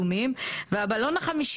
אבל אם תהיה אפשרות באמת לעבוד ביחד איתכם,